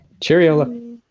Cheerio